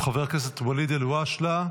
הוא חבר הכנסת ואליד אלהואשלה,